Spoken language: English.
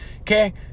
Okay